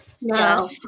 No